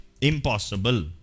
Impossible